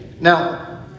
Now